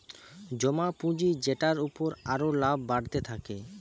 জমা পুঁজি যেটার উপর আরো লাভ বাড়তে থাকে